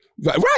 Right